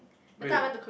wait